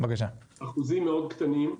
אחוזים מאוד קטנים.